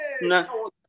No